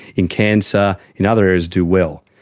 in cancer, in other areas do well.